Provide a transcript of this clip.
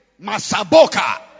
Masaboka